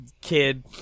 kid